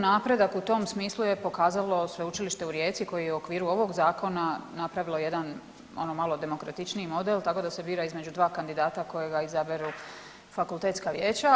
Napredak u tom smislu je pokazalo Sveučilište u Rijeci koji je u okviru ovog zakona napravilo jedan ono malo demokratičniji model tako da se bira između dva kandidata kojega izaberu fakultetska vijeća.